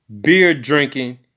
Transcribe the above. beer-drinking